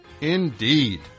indeed